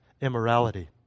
immorality